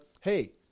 hey